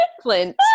Clint